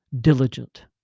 diligent